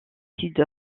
sud